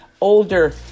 older